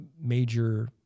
major